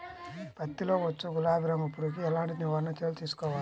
పత్తిలో వచ్చు గులాబీ రంగు పురుగుకి ఎలాంటి నివారణ చర్యలు తీసుకోవాలి?